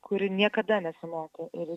kuri niekada nesimoko ir